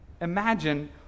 imagine